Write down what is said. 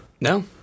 No